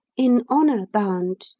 in honour bound,